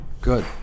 good